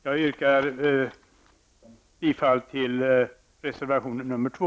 Jag yrkar bifall till reservation nr 2.